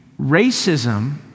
racism